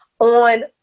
on